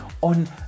on